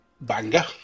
Banger